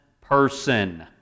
person